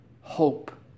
hope